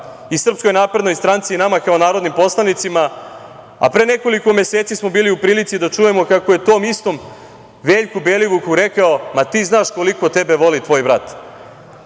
i podsmeva i SNS i nama kao narodnim poslanicima, a pre nekoliko meseci smo bili u prilici da čujemo kako je tom istom Veljku Belivuku rekao – ma ti znaš koliko tebe voli tvoj brat,